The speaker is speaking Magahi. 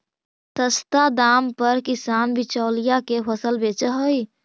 सस्ता दाम पर किसान बिचौलिया के फसल बेचऽ हइ